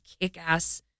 kick-ass